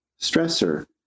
stressor